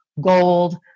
gold